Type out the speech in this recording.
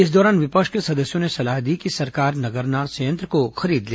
इस दौरान विपक्ष के सदस्यों ने सलाह दी कि सरकार नगरनार संयंत्र को खरीद ले